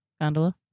Gondola